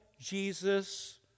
Jesus